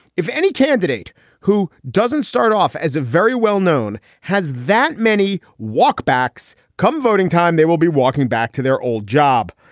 if any candidate who doesn't start off as a very well known has that many walk backs come voting time, they will be walking back to their old job.